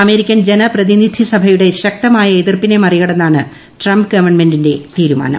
American ജനപ്രതിനിധിസഭയുടെ ശക്തമായ എതിർപ്പിനെ മറികടന്നാണ് ട്രംപ് ഗവൺമെന്റിന്റെ തീരുമാനം